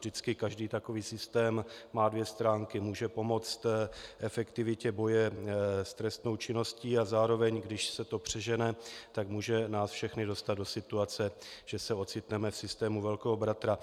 Vždycky každý takový systém má dvě stránky: Může pomoci efektivitě boje s trestnou činností a zároveň, když se to přežene, tak nás všechny může dostat do situace, že se ocitneme v systému velkého bratra.